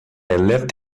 left